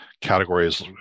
categories